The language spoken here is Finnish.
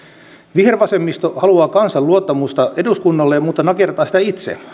vihervasemmisto haluaa kansan luottamusta eduskunnalle mutta nakertaa sitä itse